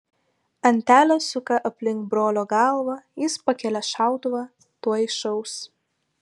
antelė suka aplink brolio galvą jis pakelia šautuvą tuoj šaus